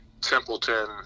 Templeton